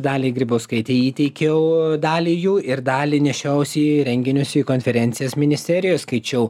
daliai grybauskaitei įteikiau dalį jų ir dalį nešiausi į renginius į konferencijas ministerijos skaičiau